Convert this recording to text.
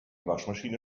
waschmaschine